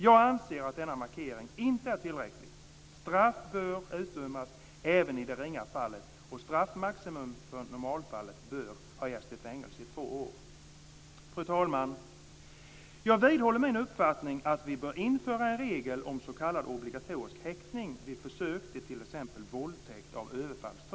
Jag anser att denna markering inte är tillräcklig. Straff bör utdömas även i det ringa fallet, och straffmaximum i normalfallet bör höjas till fängelse i två år. Fru talman! Jag vidhåller min uppfattning att vi bör införa en regel om s.k. obligatorisk häktning vid försök till t.ex. våldtäkt av överfallstyp.